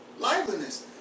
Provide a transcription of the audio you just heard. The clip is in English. liveliness